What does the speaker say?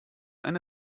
eine